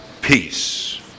peace